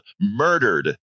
murdered